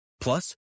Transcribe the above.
Plus